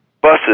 buses